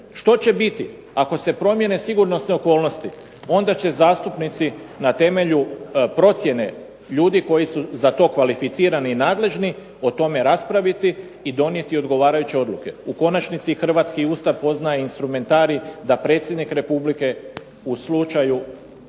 Što će biti ako se promijene sigurnosne okolnosti onda će zastupnici na temelju procjene ljudi koji su za to kvalificiran i nadležni o tome raspraviti i donijeti odgovarajuće odluke. U konačnici i Hrvatski ustav poznaje instrumentarij da predsjednik Republike u slučaju